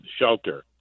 shelter